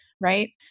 right